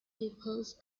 pupils